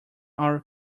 our